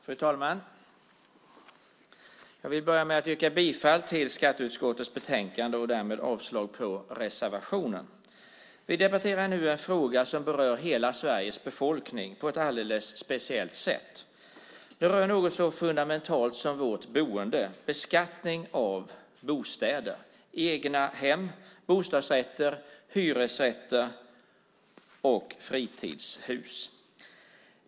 Fru talman! Jag vill börja med att yrka bifall till förslaget i skatteutskottets betänkande och därmed avslag på reservationen. Vi debatterar nu en fråga som berör hela Sveriges befolkning på ett alldeles speciellt sätt. Den rör något så fundamentalt som vårt boende: beskattning av bostäder, egnahem, bostadsrätter, hyresrätter och fritidshus.